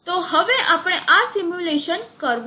તો હવે આપણે આ સિમ્યુલેશન કરવા જઈશું